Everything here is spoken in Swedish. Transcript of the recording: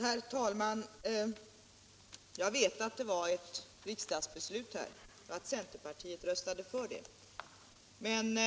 grammet för barnomsorgen